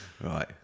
Right